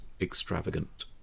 extravagant